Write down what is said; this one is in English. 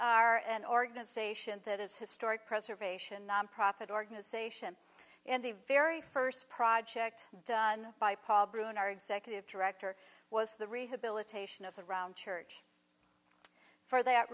are an organization that is historic preservation nonprofit organization and the very first project done by paul broun our executive director was the rehabilitation of the round church for that